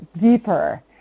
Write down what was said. deeper